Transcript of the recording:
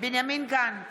בנימין גנץ,